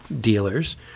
dealers